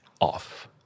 off